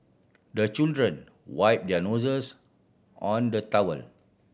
the children wipe their noses on the towel